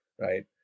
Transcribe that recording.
right